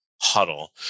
huddle